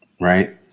Right